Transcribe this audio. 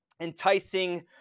enticing